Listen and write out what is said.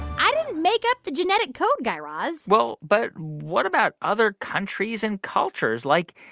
i didn't make up the genetic code, guy raz well, but what about other countries and cultures? like,